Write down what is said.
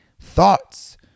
thoughts